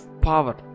Power